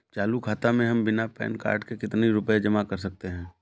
चालू खाता में हम बिना पैन कार्ड के कितनी रूपए जमा कर सकते हैं?